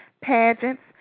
pageants